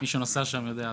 מי שנוסע שם יודע,